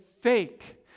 fake